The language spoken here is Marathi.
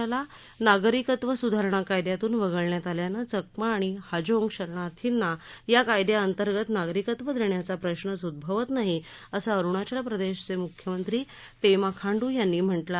अरुणाचल प्रदेश राज्याला नागरिकत्व सुधारणा कायद्यातून वगळण्यात आल्यानं चकमा आणि हाजोंग शरणार्थींना या कायद्याअंतर्गत नागरिकत्व देण्याचा प्रश्नच उदभवत नाही असं अरुणाचल प्रदेशचे मुख्यमंत्री पेमा खांडू यांनी म्हटलं आहे